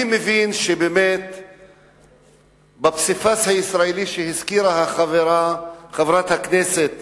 אני מבין שבפסיפס הישראלי שהזכירה חברת הכנסת